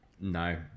No